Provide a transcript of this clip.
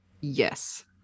Yes